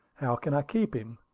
how can i keep him?